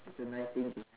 that's a nice thing to